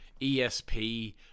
ESP